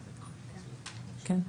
כן.